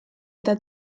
eta